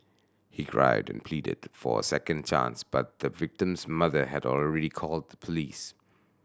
he cried and pleaded for a second chance but the victim's mother had already called the police